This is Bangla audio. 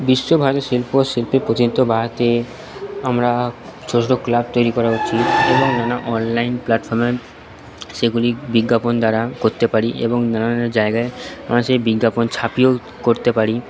বিশ্বভারতে শিল্প ও শিল্পীর প্রতিনিধিত্ব বাড়াতে আমরা ছোটো ছোটো ক্লাব তৈরি করা উচিত এবং নানা অনলাইন প্ল্যাটফর্মে সেগুলি বিজ্ঞাপন দ্বারা করতে পারি এবং নানান জায়গায় আমরা সেই বিজ্ঞাপন ছাপিয়েও করতে পারি